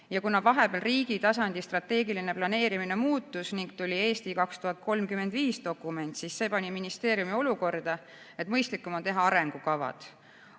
Kuna vahepeal riigi tasandi strateegiline planeerimine muutus ning tuli "Eesti 2035" dokument, pani see ministeeriumi olukorda, kus mõistlikum oli teha arengukavad.